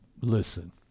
listen